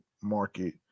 market